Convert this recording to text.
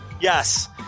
Yes